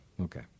Okay